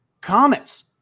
comments